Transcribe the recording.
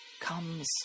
comes